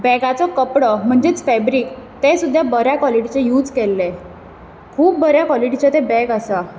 बॅगाचो कपडो म्हणजेच फॅब्रीक तें सुद्दां बऱ्या कोलिटीचें यूझ केल्लें खूब बऱ्या कोलिटीचें तें बॅग आसा